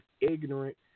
ignorant